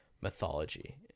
mythology